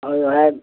और जो है